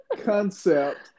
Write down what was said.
concept